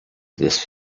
this